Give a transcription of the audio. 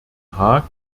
haag